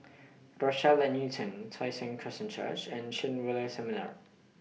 Rochelle At Newton Tai Seng Christian Church and Chen Seminar